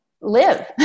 live